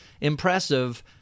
impressive